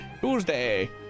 Tuesday